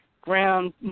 ground